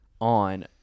on